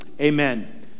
Amen